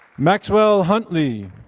maxwell huntley.